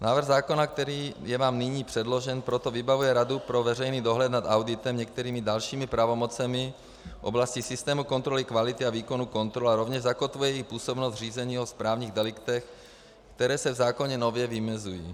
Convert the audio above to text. Návrh zákona, který je vám nyní předložen, proto vybavuje Radu pro veřejný dohled nad auditem některými dalšími pravomocemi v oblasti systému kontroly kvality a výkonu kontrol a rovněž zakotvuje i působnost v řízení o správních deliktech, které se v zákoně nově vymezují.